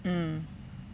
mm